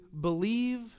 believe